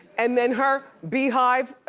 and then her beehive,